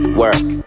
work